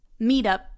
meetup